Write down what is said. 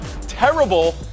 Terrible